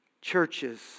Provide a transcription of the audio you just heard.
churches